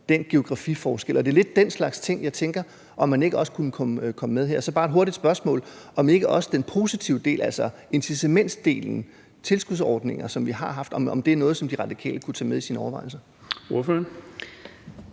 den geografiforskel. Det er lidt den slags ting, jeg tænker måske også kunne komme med her. Så bare et hurtigt spørgsmål: Er den positive del, altså incitamentsdelen, tilskudsordninger, som vi har haft, noget, som De Radikale kunne tage med i sine overvejelser? Kl.